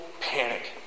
panic